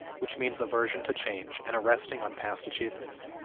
which means aversion to change and a resting on past achievements.